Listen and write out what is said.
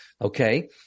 Okay